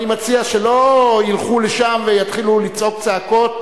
אני מציע שלא ילכו לשם ויתחילו לצעוק צעקות.